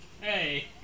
Hey